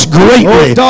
greatly